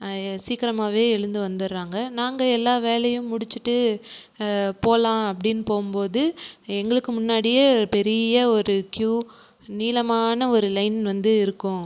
சீக்கிரமாகவே எழுந்து வந்துடுறாங்க நாங்கள் எல்லா வேலையும் முடித்துட்டு போகலாம் அப்படின் போகும்போது எங்களுக்கு முன்னாடியே பெரிய ஒரு க்யூ நீளமான ஒரு லைன் வந்து இருக்கும்